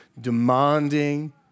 demanding